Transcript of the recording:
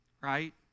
Right